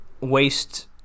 waste